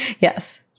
Yes